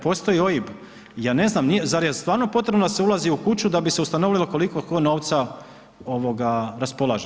Postoji OIB, ja ne znam, zar je stvarno potrebo da se ulazi u kuću, da bi se ustanovilo koliko tko novca raspolaže.